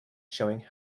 showing